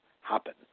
happen